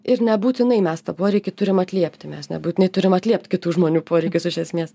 ir nebūtinai mes tą poreikį turim atliepti mes nebūtinai turim atliept kitų žmonių poreikius iš esmės